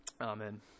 Amen